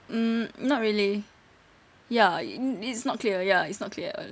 mm not really ya it's it's not clear ya it's not clear at all